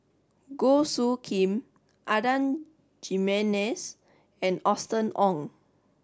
Goh Soo Khim Adan Jimenez and Austen Ong